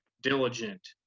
diligent